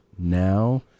now